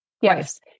yes